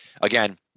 Again